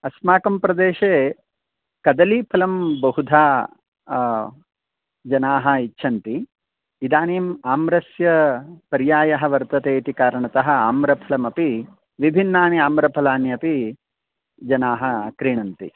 अस्माकं प्रदेशे कदली फलं बहुधा आ जना इच्छन्ति इदानीम् आम्रस्य पर्याय वर्तते इति कारणत आम्रफलमपि विभिन्नानि आम्रफलानि अपि जना क्रीणन्ति